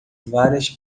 várias